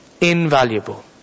Invaluable